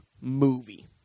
movie